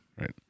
Right